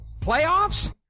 playoffs